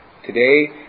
Today